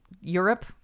Europe